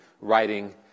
writing